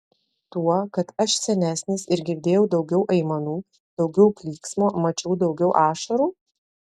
tuo kad aš senesnis ir girdėjau daugiau aimanų daugiau klyksmo mačiau daugiau ašarų